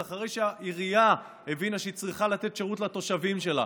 זה אחרי שהעירייה הבינה שהיא צריכה לתת שירות לתושבים שלה,